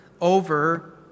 over